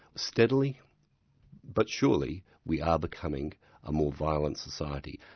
steadily but surely, we are becoming a more violent society.